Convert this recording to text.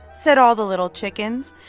said all the little chickens.